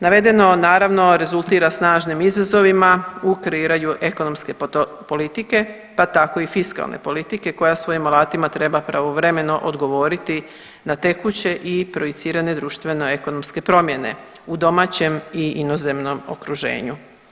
Navedeno naravno rezultira snažnim izazovima u kreiranju ekonomske politike, pa tako i fiskalne politike koja svojim alatima treba pravovremeno odgovoriti na tekuće i projicirane društveno-ekonomske promjene u domaćem i inozemnom okruženju.